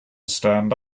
stand